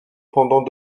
pendant